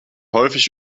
häufig